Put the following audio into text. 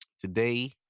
today